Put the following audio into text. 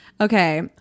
Okay